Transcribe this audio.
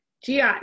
GI